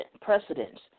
precedents